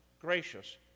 gracious